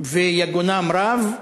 ויגונן רב,